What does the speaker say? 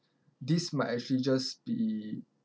this might actually just be